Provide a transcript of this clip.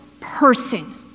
person